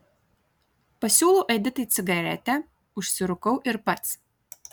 pasiūlau editai cigaretę užsirūkau ir pats